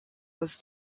was